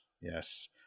Yes